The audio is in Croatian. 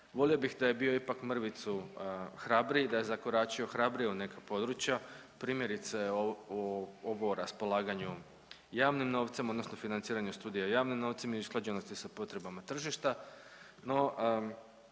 Volio bih da je bio ipak mrvicu hrabriji, da je zakoračio hrabrije u neka područja, primjerice ovo raspolaganje javnim novcem odnosno financiranje studija javnim novcem i usklađenosti sa potrebama tržišta,